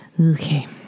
okay